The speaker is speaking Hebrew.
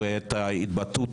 ואת ההתבטאות